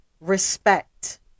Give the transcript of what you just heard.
respect